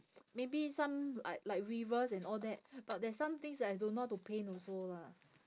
maybe some like like rivers and all that but there's some things that I don't know how to paint also lah